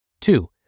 Two